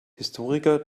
historiker